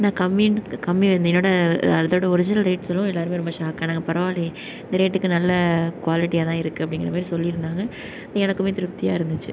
நான் கம்மிட் கம்மி வந்து என்னோட அதோட ஒர்ஜினல் ரேட் சொல்லவும் எல்லாருமே ரொம்ப ஷாக்கானாங்க பரவாயில்லையே இந்த ரோட்டுக்கு நல்ல க்வாலிட்டியாக தான் இருக்கு அப்படிங்கிற மாதிரி சொல்லியிருந்தாங்க எனக்குமே திருப்தியா இருந்துச்சு